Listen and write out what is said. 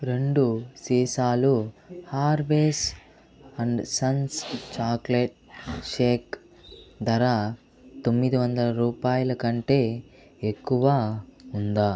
రెండు సీసాలు Harvey's and Sons chocolate shake ధర తొమ్మిది వందల రూపాయల కంటే ఎక్కువ ఉందా